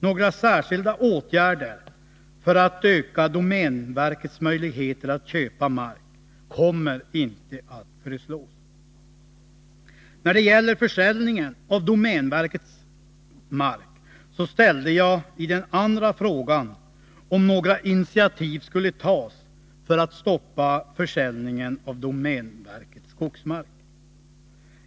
Några särskilda åtgärder för att öka domänverkets möjligheter att köpa mark kommer inte att föreslås. När det gäller försäljningen av domänverkets mark gällde min andra fråga om några initiativ skulle tas för att stoppa försäljningen av domänverkets skogsmark.